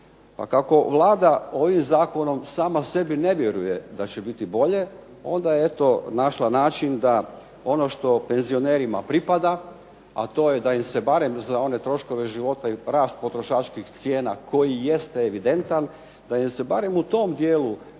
A kako Vlada ovim Zakonom sama sebi ne vjeruje da će biti bolje, onda je eto našla način da ono što penzionerima pripada a to je da im se barem za one troškove života i rast potrošačkih cijena koji jeste evidentan da se barem u tom dijelu malo